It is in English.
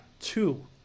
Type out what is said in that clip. two